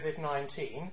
COVID-19